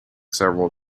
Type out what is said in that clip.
several